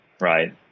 right